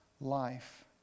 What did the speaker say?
life